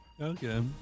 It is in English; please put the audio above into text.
Okay